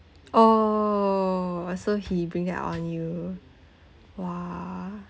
oh so he bring that out on you !wah!